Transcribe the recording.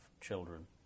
children